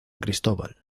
cristóbal